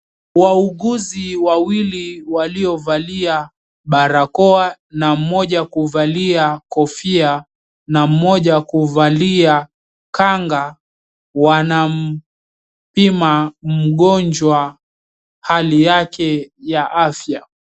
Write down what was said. Wauguzi wawili waliovalia barakoa, na mmoja kuvalia kofia, na mmoja kuvalia kanga. Wanampima mgonjwa hali yake ya afya.